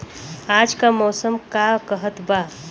आज क मौसम का कहत बा?